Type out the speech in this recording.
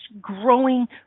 growing